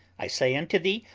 i say unto thee,